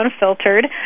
unfiltered